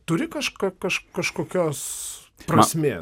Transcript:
turi kažką kažką kažkokios prasmės